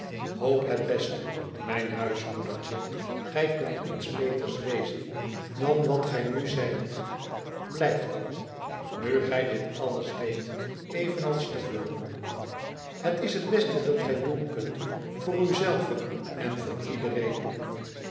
hoop het beste mijn huismoedertje gij kunt niets beters wezen dan wat gij nu zijt blijf dat nu gij dit alles weet evenals te voren het is het beste dat gij doen kunt voor u zelve en voor iedereen